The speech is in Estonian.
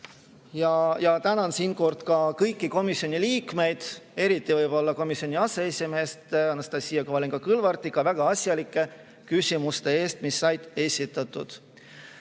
Ma tänan siin ka kõiki komisjoni liikmeid, eriti komisjoni aseesimeest Anastassia Kovalenko-Kõlvartit väga asjalike küsimuste eest, mis said esitatud.